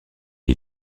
est